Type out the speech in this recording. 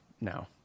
now